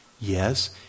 Yes